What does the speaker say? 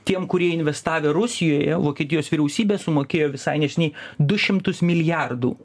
tiem kurie investavę rusijoje vokietijos vyriausybė sumokėjo visai neseniai du šimtus milijardų